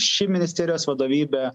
ši ministerijos vadovybė